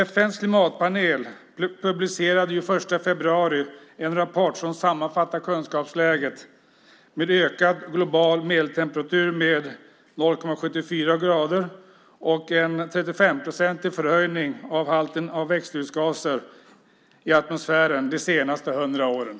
FN:s klimatpanel publicerade den 1 februari en rapport som sammanfattar kunskapsläget. Det är en ökad global medeltemperatur - 0,74 grader - och en 35-procentig förhöjning av halten av växthusgaser i atmosfären under de senaste hundra åren.